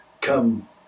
come